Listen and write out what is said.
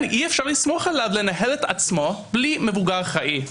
אי אפשר לסמוך עליו לנהל את עצמו בלי מבוגר אחראי.